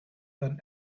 than